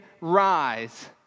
rise